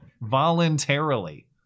voluntarily